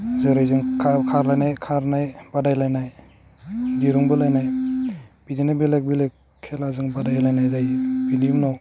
जेरै जों खा खारलानाय खारनाय बादायलाइनाय दिरुं बोलाइनाय बिदिनो बेलेक बेलेक खेला जों बादायलाइनाय जायो बेनि उनाव